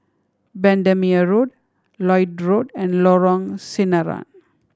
Bendemeer Road Lloyd Road and Lorong Sinaran